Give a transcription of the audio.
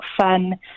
fun